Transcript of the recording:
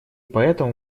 поэтому